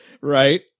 right